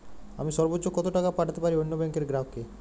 আমি সর্বোচ্চ কতো টাকা পাঠাতে পারি অন্য ব্যাংকের গ্রাহক কে?